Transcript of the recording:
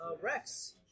Rex